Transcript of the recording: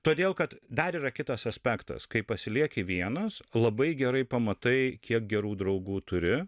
todėl kad dar yra kitas aspektas kai pasilieki vienas labai gerai pamatai kiek gerų draugų turi